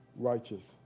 righteous